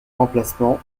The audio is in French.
remplaçant